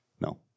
No